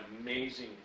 amazing